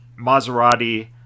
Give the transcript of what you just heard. Maserati